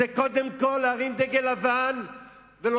זה קודם כול להרים דגל לבן ולומר: